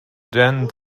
than